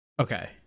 Okay